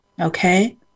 okay